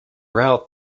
route